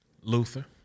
Luther